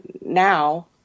now